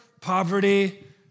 poverty